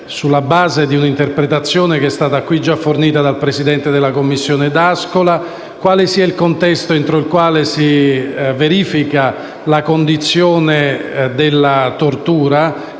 sulla base di una interpretazione che è stata qui già fornita dal presidente della Commissione D'Ascola, quale sia il contesto entro il quale si verifica la condizione della tortura,